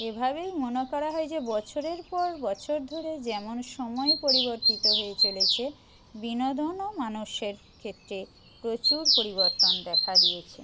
এভাবেই মনে করা হয় যে বছরের পর বছর ধরে যেমন সময় পরিবর্তিত হয়ে চলেছে বিনোদনও মানুষের ক্ষেত্রে প্রচুর পরিবর্তন দেখা দিয়েছে